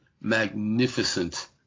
magnificent